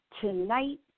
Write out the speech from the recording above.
Tonight